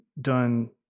done